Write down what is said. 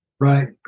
Right